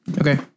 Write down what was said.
Okay